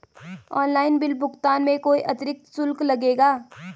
Online bill भुगतान में कोई अतिरिक्त शुल्क लगेगा?